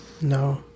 No